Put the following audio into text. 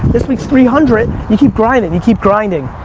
this week's three hundred, you keep grinding, you keep grinding,